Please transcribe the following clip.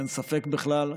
אין ספק בכלל.